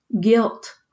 guilt